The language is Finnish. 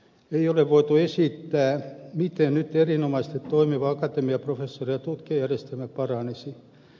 ei ole voitu esittää miten nyt erinomaisesti toimiva akatemiaprofessori ja tutkijajärjestelmä paranisi